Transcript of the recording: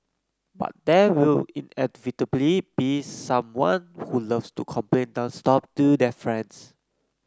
but there will inevitably be someone who loves to complain nonstop do their friends